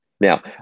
Now